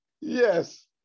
Yes